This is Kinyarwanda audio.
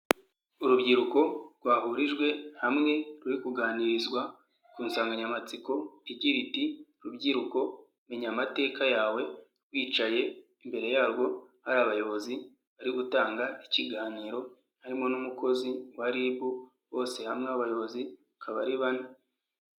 Urubyiruko rwahurijwe hamwe ruri kuganirizwa ku nsanganyamatsiko igira iti rubyiruko menya amateka yawe rwicaye, imbere yarwo hari abayobozi bari gutanga ikiganiro harimo n'umukozi wa RIB bose hamwe abayobozi bakaba ari bane.